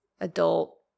adult